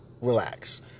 relax